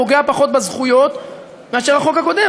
פוגע פחות בזכויות מאשר החוק הקודם.